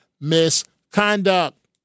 misconduct